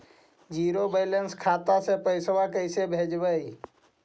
Zero balance खाता से पैसा कैसे भेजबइ?